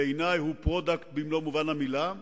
ובעיני הוא במלוא מובן המלה,